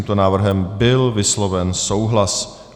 S tímto návrhem byl vysloven souhlas.